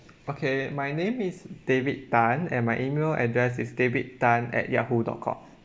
okay my name is david tan and my email address is david tan at yahoo dot com